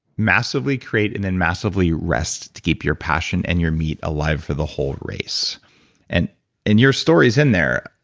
massively create and then massively rest to keep your passion and your meat alive for the whole race and and your story's in there.